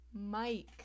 mike